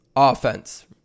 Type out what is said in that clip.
offense